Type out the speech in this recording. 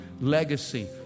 Legacy